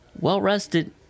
well-rested